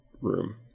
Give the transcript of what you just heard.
room